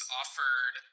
offered